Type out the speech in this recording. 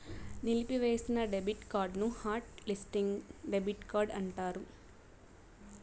నిలిపివేసిన డెబిట్ కార్డుని hot listing debit card అంటారు